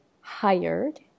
hired